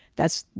that's,